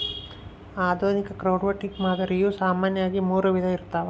ಆಧುನಿಕ ಕ್ರೌಡ್ಫಂಡಿಂಗ್ ಮಾದರಿಯು ಸಾಮಾನ್ಯವಾಗಿ ಮೂರು ವಿಧ ಇರ್ತವ